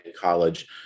college